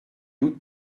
doute